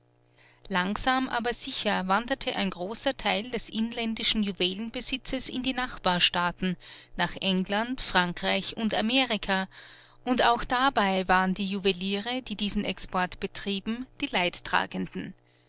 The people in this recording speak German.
langsam aber sicher wanderte ein großer teil des inländischen juwelenbesitzes in die nachbarstaaten nach england frankreich und amerika und auch dabei waren die juweliere die diesen export betrieben die leidtragenden